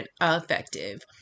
effective